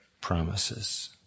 promises